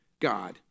God